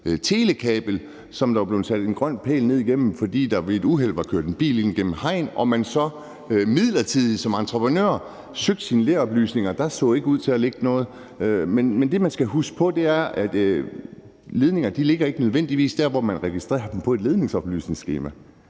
telekabel, som der var blevet stukket en grøn pæl ned igennem, fordi der ved et uheld var kørt en bil ind igennem et hegn, og når man så som entreprenør søgte i sine LER-oplysninger, så der ikke ud til at ligge noget. Men det, man skal huske på, er, at ledninger ikke nødvendigvis ligger der, hvor man registrerer dem i et ledningsoplysningsskema;